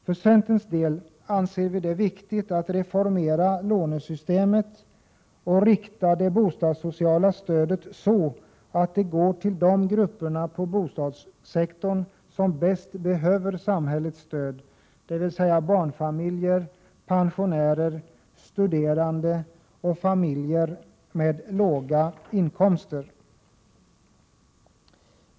För centerns del anser vi det viktigt att reformera lånesystemet och rikta det bostadssociala stödet så att det går till de grupper på bostadssektorn som bäst behöver samhällets stöd, dvs. barnfamiljer, pensionärer, studerande och familjer med låga inkomster.